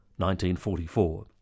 1944